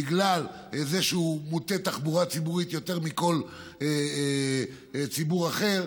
בגלל זה שהוא מוטה תחבורה ציבורית יותר מכל ציבור אחר.